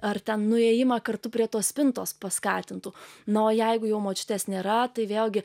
ar ten nuėjimą kartu prie tos spintos paskatintų na o jeigu jau močiutės nėra tai vėlgi